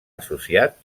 associat